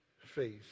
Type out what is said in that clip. faith